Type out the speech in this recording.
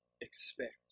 expect